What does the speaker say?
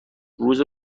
روز